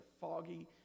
foggy